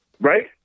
Right